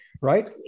right